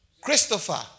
Christopher